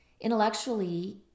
Intellectually